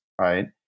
Right